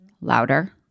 louder